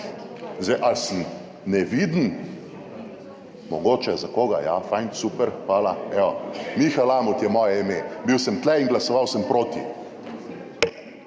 Ali sem neviden? Mogoče za koga ja, fajn, super, hvala. Evo, Miha Lamut je moje ime, bil sem tu in glasoval sem proti.